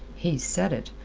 he said it,